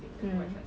mm